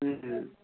হুম